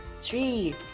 three